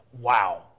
wow